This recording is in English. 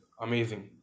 amazing